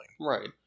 Right